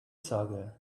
saga